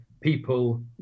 people